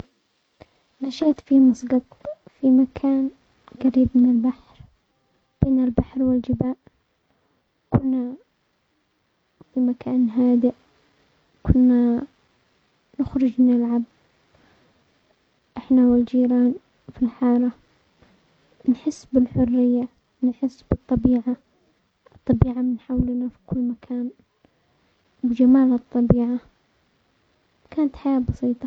نشأت في مسقط في مكان قريب من البحر بين البحر والجبال كنا في مكان هادئ كنا نخرج نلعب احنا والجيران في الحارة نحس بالحرية نحس بالطبيعة، لطبيعة من حولنا في كل مكان وجمال الطبيعة كانت حياة بسيطة.